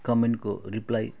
कमेन्टको reply